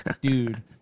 dude